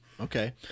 Okay